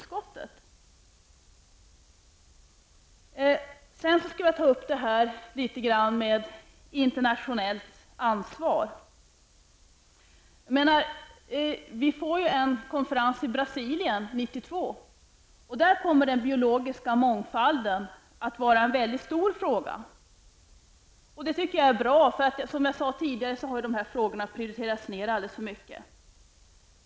Sedan vill jag något ta upp frågan om internationellt ansvar. Det kommer att hållas en konferens i Brasilien 1992, och där kommer den biologiska mångfalden att vara en mycket stor fråga. Det tycker jag är bra. Som jag tidigare sade har dessa frågor tidigare haft en mycket låg prioritet.